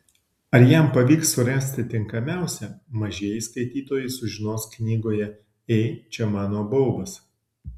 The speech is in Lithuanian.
ar jam pavyks surasti tinkamiausią mažieji skaitytojai sužinos knygoje ei čia mano baubas